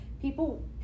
people